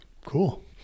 cool